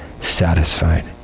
satisfied